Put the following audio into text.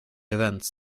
events